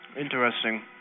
Interesting